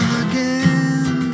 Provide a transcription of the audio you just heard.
again